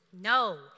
No